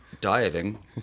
dieting